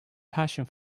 passion